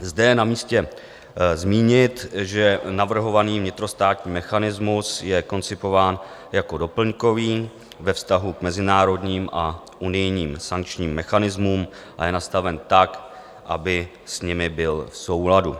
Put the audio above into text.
Zde je namístě zmínit, že navrhovaný vnitrostátní mechanismus je koncipován jako doplňkový ve vztahu k mezinárodním a unijním sankčním mechanismům a je nastaven tak, aby s nimi byl v souladu.